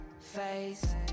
face